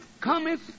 cometh